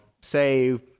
say